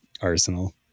Arsenal